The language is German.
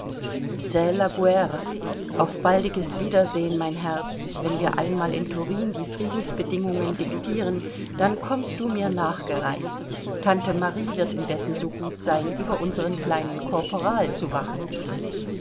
auf baldiges wiedersehen mein herz wenn wir einmal in turin die friedensbedingungen diktieren dann kommst du mir nachgereist tante marie wird in dessen so gut sein über unsern kleinen korporal zu wachen